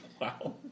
Wow